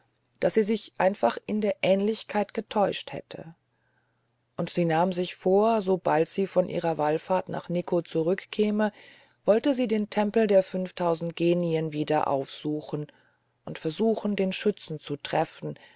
daß sie sich einfach in der ähnlichkeit getäuscht hätte und sie nahm sich vor so bald sie von ihrer wallfahrt nach nikko wieder zurückkäme wollte sie den tempel der fünftausend genien wieder aufsuchen und versuchen den schützen zu treffen